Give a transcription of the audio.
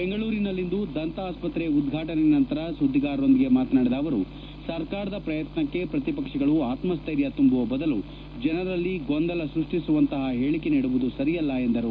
ಬೆಂಗಳೂರಿನಲ್ಲಿಂದು ದಂತ ಆಸ್ಪತ್ರೆ ಉದ್ವಾಟನೆ ನಂತರ ಸುದ್ದಿಗಾರರೊಂದಿಗೆ ಮಾತನಾಡಿದ ಅವರು ಸರ್ಕಾರದ ಪ್ರಯತ್ನಕ್ಷೆ ಪ್ರತಿಪಕ್ಷಗಳು ಆತಸ್ಟ್ವೆರ್ಯ ತುಂಬುವ ಬದಲು ಜನರಲ್ಲಿ ಗೊಂದಲ ಸೃಷ್ಷಿಸುವಂತಹ ಹೇಳಿಕೆ ನೀಡುವುದು ಸರಿಯಲ್ಲ ಎಂದು ಹೇಳಿದರು